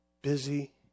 busy